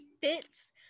fits